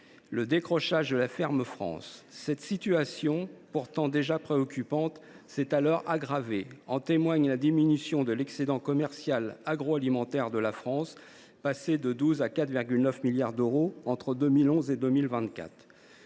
le décrochage de la ferme France. Cette situation, pourtant déjà préoccupante, s’est alors aggravée. En témoigne la diminution de l’excédent commercial agroalimentaire de la France, qui est passé de 12 milliards d’euros à 4,9 milliards d’euros entre 2011 et 2024.